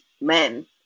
men